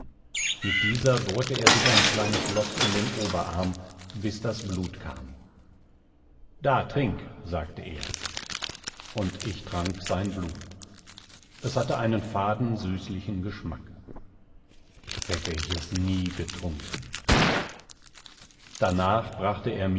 mit dieser bohrte er sich ein kleines loch in den oberarm bis das blut kam da trink sagte er und ich trank sein blut es hatte einen faden süßlichen geschmack hätte ich es nie getrunken danach brachte er